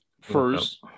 first